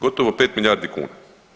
Gotovo 5 milijardi kuna.